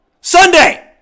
Sunday